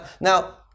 Now